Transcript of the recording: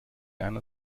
einer